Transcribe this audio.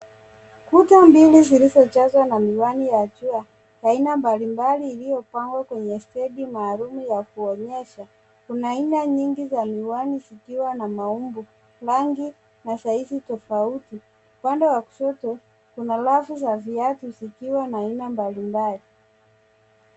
Kuta mbili zilizojaswa na miwani ya jua aina mbali mbali uliopangwa kwenye stendi maalum ya kuonyesha. Kuna aina nyingi za miwani zikiwa na maumbo na rangi na size tafauti. Upande wa kushoto kuna rafu za viatu zikiwa na ainambali mbali.